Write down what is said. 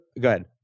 good